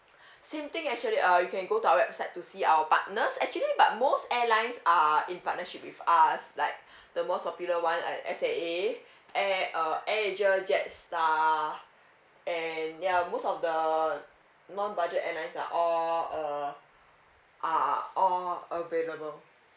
same thing actually uh you can go to our website to see our partners actually but most airlines are in partnership with us like the most popular one uh S_I_A air uh air asia jetstar and ya most of the non budget airlines are all uh are all available